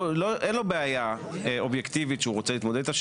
אין לו בעיה אובייקטיבית שהוא רוצה להתמודד איתה,